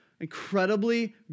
incredibly